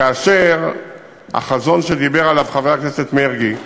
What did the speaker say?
כאשר החזון שדיבר עליו חבר הכנסת מרגי,